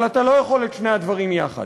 אבל אתה לא יכול שיהיו שני הדברים יחד.